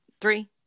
Three